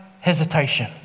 hesitation